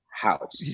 house